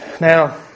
Now